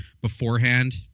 beforehand